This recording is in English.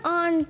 on